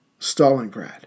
Stalingrad